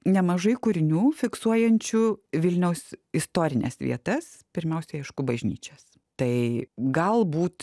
nemažai kūrinių fiksuojančių vilniaus istorines vietas pirmiausiai aišku bažnyčias tai galbūt